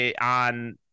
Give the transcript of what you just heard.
on